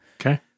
Okay